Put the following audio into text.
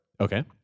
Okay